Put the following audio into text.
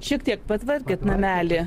šiek tiek patvarkėt namelį